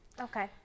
Okay